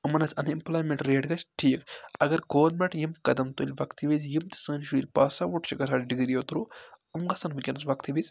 یِمَن ہٕنٛز unemployment rate گَژھِ ٹھیٖک اگر گورمٮ۪نٛٹ یِم قدم تُلہِ وَقتہٕ وِزِ یِم تہِ سٲنۍ شُرۍ پاس آوُٹ چھِ گژھان ڈِگرِیو تھرٛوٗ یِم گژھن وُنکٮ۪نَس وَقتہٕ وِز